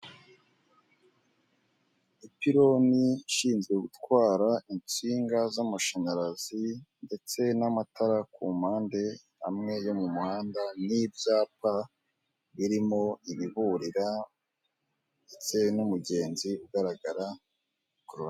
Ipironi ishinzwe gutwara insinga z'amashanyarazi ndetse n'amatara ku mpande, amwe yo mu muhanda n'ibyapa birimo ibiburira ndetse n'umugenzi ugaragara ku ruhande.